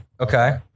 Okay